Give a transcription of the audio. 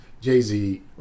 Jay-Z